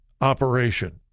operation